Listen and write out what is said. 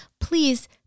please